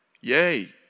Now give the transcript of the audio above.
Yay